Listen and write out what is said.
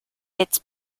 its